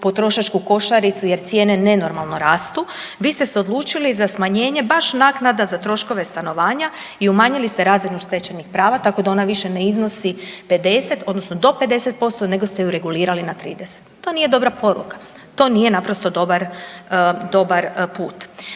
potrošačku košaricu jer cijene nenormalno rastu, vi ste se odlučili za smanjenje baš naknada za troškove stanovanja i umanjili ste razinu stečenih prava tako da ona više ne iznosi 50 odnosno do 50% nego ste ju regulirali na 30. To nije dobra poruka, to nije naprosto dobar put.